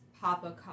Papa